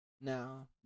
Now